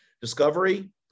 Discovery